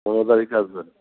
পনেরো তারিখে আসবেন